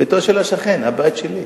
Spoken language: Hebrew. ביתו של השכן, הבית שלי.